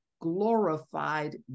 glorified